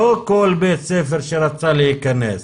לא כל בית ספר שרצה להיכנס.